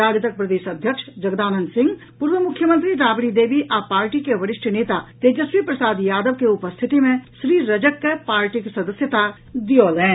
राजदक प्रदेश अध्यक्ष जगदानंद सिंह पूर्व मुख्यमंत्री राबड़ी देवी आ पार्टी के वरिष्ठ नेता तेजस्वी प्रसाद यादव के उपस्थिति मे श्री रजक के पार्टीक सदस्यता दिऔलनि